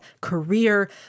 career